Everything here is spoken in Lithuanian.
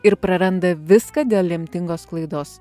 ir praranda viską dėl lemtingos klaidos